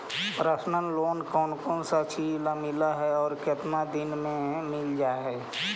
Personal loan कोन कोन चिज ल मिल है और केतना दिन में मिल जा है?